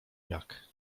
jak